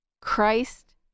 christ